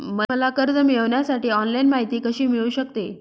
मला कर्ज मिळविण्यासाठी ऑनलाइन माहिती कशी मिळू शकते?